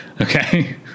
Okay